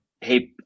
hey